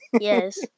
Yes